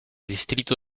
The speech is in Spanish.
distrito